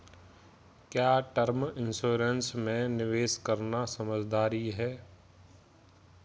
क्या term insurance में निवेश करना समझदारी है?